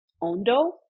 Ondo